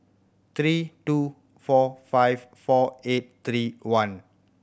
three two four five four eight three one